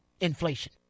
inflation